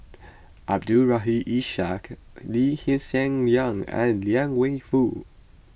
Abdul Rahim Ishak Lee Hsien Yang and Liang Wenfu